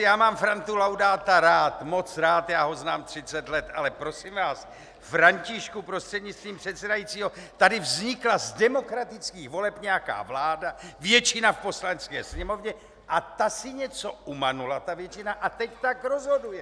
Já mám Frantu Laudáta rád, moc rád, já ho znám 30 let, ale prosím vás, Františku prostřednictvím předsedajícího, tady vznikla z demokratických voleb nějaká vláda, většina v Poslanecké sněmovně a ta si něco umanula, ta většina, a teď tak rozhoduje!